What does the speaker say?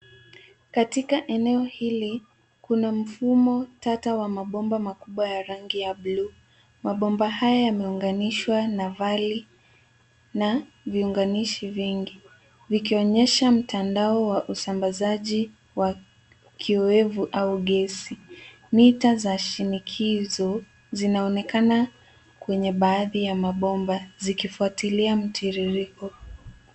Katika eneo hili, kuna mfumo tata wa mabomba makubwa ya rangi ya buluu. Mabomba haya yameunganishwa na vali na viunganishi vingi, vikionyesha mtandao wa usambazaji wa kiwevu au gesi. Nita za shinikizo, zinaonekana kwenye baadhi ya mabomba zikifuatilia mtiririko.